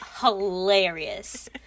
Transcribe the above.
hilarious